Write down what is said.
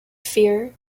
fear